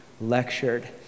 lectured